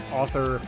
author